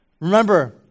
Remember